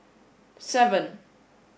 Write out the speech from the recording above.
seven